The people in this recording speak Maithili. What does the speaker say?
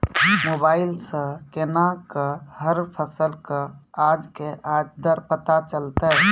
मोबाइल सऽ केना कऽ हर फसल कऽ आज के आज दर पता चलतै?